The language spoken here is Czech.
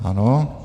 Ano.